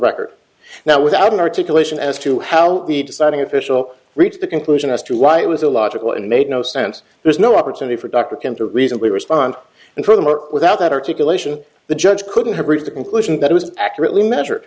record now without an articulation as to how the deciding official reached the conclusion as to why it was illogical and made no sense there's no opportunity for dr ken to reasonably respond and furthermore without that articulation the judge couldn't have reached the conclusion that was accurately measured